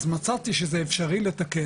אז מצאתי שזה אפשרי לתקן,